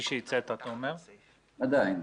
עדיין.